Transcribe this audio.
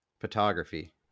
Photography